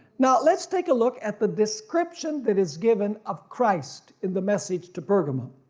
now let's take a look at the description that is given of christ in the message to pergamum.